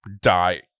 die